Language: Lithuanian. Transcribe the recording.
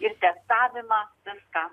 ir testavimą viską